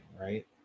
right